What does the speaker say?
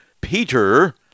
Peter